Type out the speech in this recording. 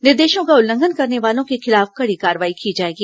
निर्देशों का उल्लंघन करने वालों के खिलाफ कड़ी कार्रवाई की जाएगी